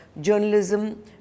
journalism